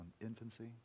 infancy